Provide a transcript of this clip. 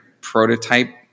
prototype